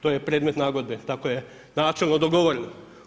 To je predmet nagodbe, tako je načelno dogovoreno.